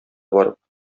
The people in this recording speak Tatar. барып